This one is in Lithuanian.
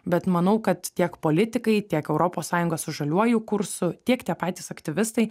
bet manau kad tiek politikai tiek europos sąjunga su žaliuoju kursu tiek patys aktyvistai